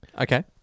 Okay